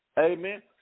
Amen